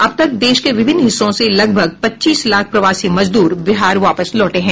अब तक देश के विभिन्न हिस्सों से लगभग पच्चीस लाख प्रवासी मजदूर बिहार वापस लौटे हैं